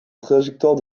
trajectoires